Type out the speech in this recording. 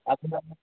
आप के यहाँ